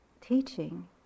teaching